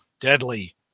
deadly